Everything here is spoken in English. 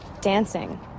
dancing